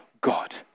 God